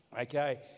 Okay